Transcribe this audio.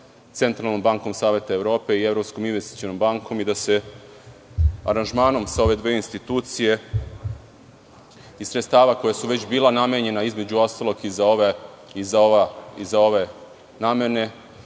Centralnom bankom Saveta Evrope i Evropskom investicionom bankom i da se aranžmanom sa ove dve institucije iz sredstava koja su već bila namenjena, između ostalog, i za ove namene,